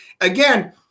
Again